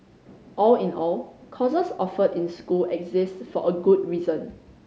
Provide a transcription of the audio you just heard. all in all courses offered in school exist for a good reason